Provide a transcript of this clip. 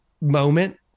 moment